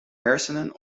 hersenen